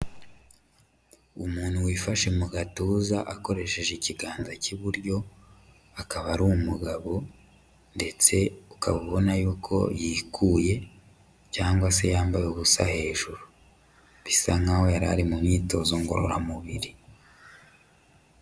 Umuntu wifashe mu gatuza akoresheje ikiganza cy'iburyo akaba ari umugabo, ndetse ukaba ubona y'uko yikuye cyangwa se yambaye ubusa hejuru bisa nk'aho yarari mu myitozo ngororamubiri.